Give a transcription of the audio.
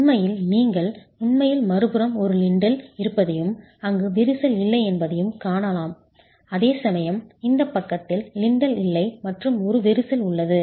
உண்மையில் நீங்கள் உண்மையில் மறுபுறம் ஒரு லிண்டல் இருப்பதையும் அங்கு விரிசல் இல்லை என்பதையும் காணலாம் அதேசமயம் இந்த பக்கத்தில் லிண்டல் இல்லை மற்றும் ஒரு விரிசல் உள்ளது